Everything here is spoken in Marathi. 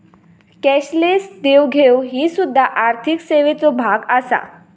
कॅशलेस देवघेव ही सुध्दा आर्थिक सेवेचो भाग आसा